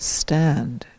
stand